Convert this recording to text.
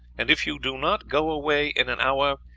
and if you do not go away in an hour,